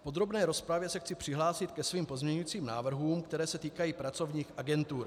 V podrobné rozpravě se chci přihlásit ke svým pozměňujícím návrhům, které se týkají pracovních agentur.